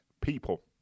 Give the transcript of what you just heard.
people